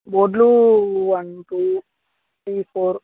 బోర్డులు one two three four